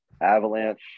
Avalanche